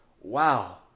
wow